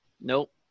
nope